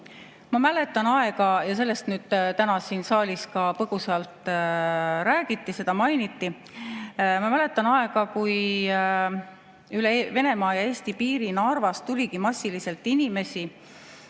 Ma mäletan aega – sellest täna siin saalis ka põgusalt räägiti, seda mainiti –, kui üle Venemaa ja Eesti piiri Narvas tuligi massiliselt inimesi.